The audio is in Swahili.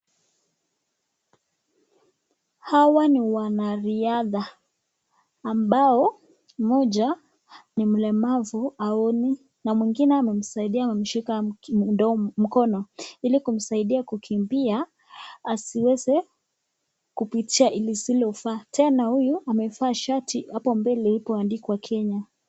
Hawa ni wanariadha ambao mmoja ni mlemavu haoni na mwingine amemsaidia kumshika mkono ili kumsaidia kukimbia asiweze kupitia lisilofaa, tena huyu amevaa shati hapo mbele lipoandikwa Kenya.